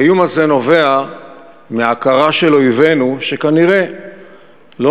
האיום הזה נובע מההכרה של אויבינו שכנראה לא